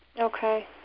Okay